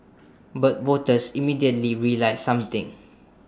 but voters immediately realised something